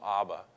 Abba